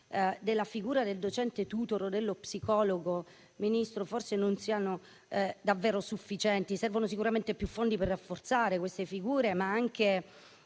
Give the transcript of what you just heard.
della figura del docente *tutor* o dello psicologo, signor Ministro, forse non sia davvero sufficiente. Servono sicuramente più fondi per rafforzare queste figure, ma anche